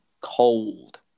cold